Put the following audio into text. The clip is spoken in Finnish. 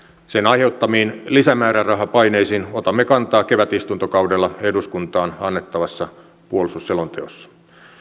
sen aiheuttamiin lisämäärärahapaineisiin otamme kantaa kevätistuntokaudella eduskuntaan annettavassa puolustusselonteossa